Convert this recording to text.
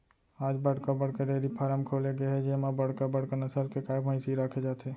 आज बड़का बड़का डेयरी फारम खोले गे हे जेमा बड़का बड़का नसल के गाय, भइसी राखे जाथे